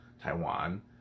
Taiwan